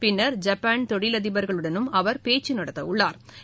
பின்னா் ஜப்பான் தொழிலதிபா்களுடனும் அவா் பேச்சு நடத்தவுள்ளாா்